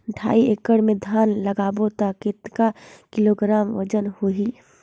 ढाई एकड़ मे धान लगाबो त कतेक किलोग्राम वजन होही?